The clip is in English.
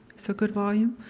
so good volume?